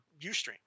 Ustream